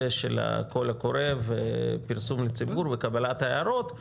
של הקול הקורא ופרסום לציבור וקבלת ההערות,